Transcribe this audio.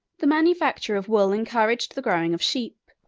the manufacture of wool encouraged the growing of sheep,